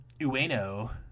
Ueno